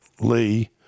Lee